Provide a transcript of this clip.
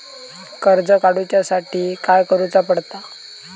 कर्ज काडूच्या साठी काय करुचा पडता?